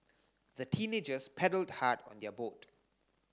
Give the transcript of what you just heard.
the teenagers paddled hard on their boat